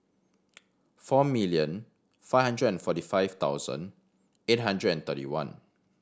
four million five hundred and forty five thousand eight hundred and thirty one